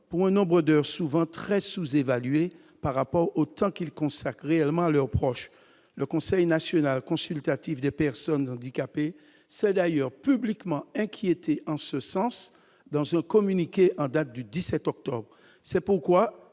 pour un nombre d'heures souvent très sous-évalué par rapport au temps qu'ils consacrent réellement à leurs proches, le Conseil national consultatif des personnes handicapées, c'est d'ailleurs publiquement inquiété en ce sens, dans un communiqué en date du 17 octobre, c'est pourquoi